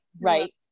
right